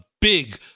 big